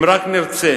אם רק נרצה,